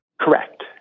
Correct